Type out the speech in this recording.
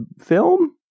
film